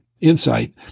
insight